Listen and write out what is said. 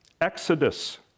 exodus